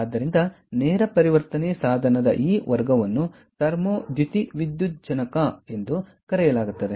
ಆದ್ದರಿಂದ ನೇರ ಪರಿವರ್ತನೆ ಸಾಧನದ ಈ ವರ್ಗವನ್ನು ಥರ್ಮೋ ದ್ಯುತಿವಿದ್ಯುಜ್ಜನಕ ಎಂದು ಕರೆಯಲಾಗುತ್ತದೆ